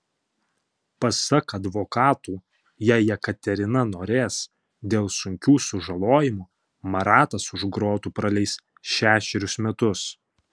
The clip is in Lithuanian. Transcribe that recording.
pasak advokatų jei jekaterina norės dėl sunkių sužalojimų maratas už grotų praleis šešerius metus